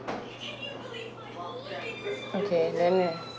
okay then